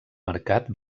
mercat